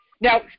Now